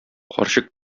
карчык